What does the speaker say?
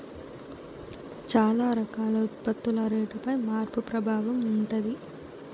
చాలా రకాల ఉత్పత్తుల రేటుపై మార్పు ప్రభావం ఉంటది